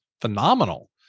phenomenal